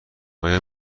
آیا